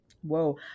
whoa